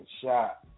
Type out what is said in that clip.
shot